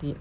the